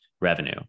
revenue